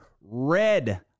red